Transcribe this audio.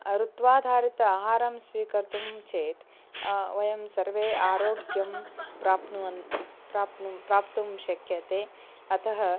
ऋत्वाधारितम् आहारं स्वीकर्तुं चेत् वयं सर्वे आरोग्यं प्राप्नुवन् प्राप्नुं प्राप्तुं शक्यते अतः